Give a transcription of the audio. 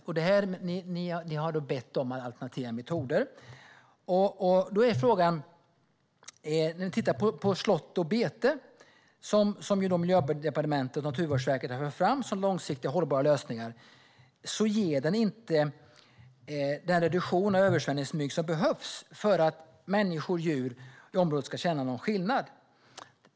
Och ni har bett om alternativa metoder. Slåtter och bete, som Miljödepartementet och Naturvårdsverket har tagit fram som långsiktiga hållbara lösningar, ger inte den reduktion av översvämningsmyggor som behövs för att människor och djur i området ska känna någon skillnad.